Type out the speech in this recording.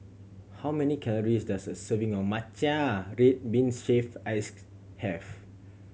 how many calories does a serving of matcha red bean shaved ice have